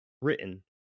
written